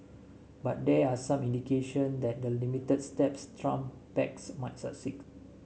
but there are some indication that the limited steps Trump backs might succeed